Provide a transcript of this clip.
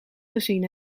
gezien